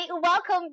welcome